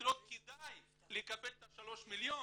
כדאי לו לקבל את השלושה מיליון